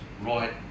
right